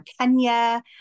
Kenya